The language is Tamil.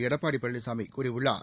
எடப்பாடி பழனிசாமி கூறியுள்ளார்